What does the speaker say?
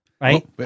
Right